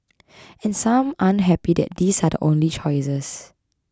and some aren't happy that these are the only choices